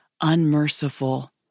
unmerciful